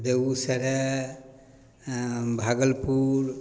Begusarai Bhagalpur